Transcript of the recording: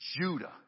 Judah